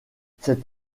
cet